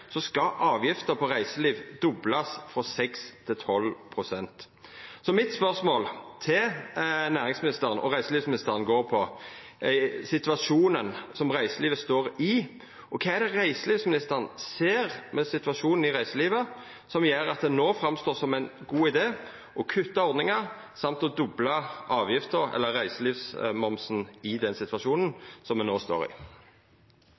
frå 6 pst. til 12 pst. Mitt spørsmål til næringsministeren – og reiselivsministeren – går på situasjonen som reiselivet står i. Kva er det reiselivsministeren ser med situasjonen i reiselivet som gjer at det, i den situasjonen me no står i, framstår som ein god idé å kutta ordningar samt å dobla reiselivsmomsen? Den smitten vi nå har i